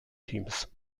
teams